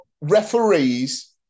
referees